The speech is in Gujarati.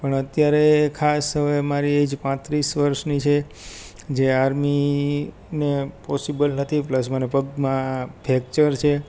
પણ અત્યારે ખાસ હવે મારી એજ પાંત્રીસ વર્ષની છે જે આર્મી ને પોસિબલ નથી પ્લસ મને પગમાં ફેક્ચર છે